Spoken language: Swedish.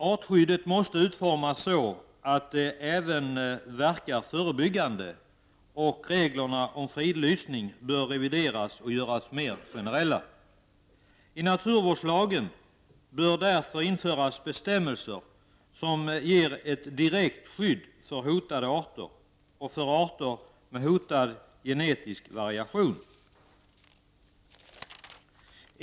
Artskyddet måste utformas så, att det även verkar förebyggande, och reglerna om fridlysning bör revideras och göras mer generella. I naturvårdslagen bör därför införas bestämmelser, som ger ett direkt skydd för hotade arter och för arter med hotad genetisk variation.